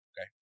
Okay